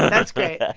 that's great yeah